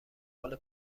حال